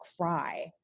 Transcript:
cry